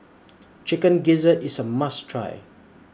Chicken Gizzard IS A must Try